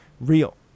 real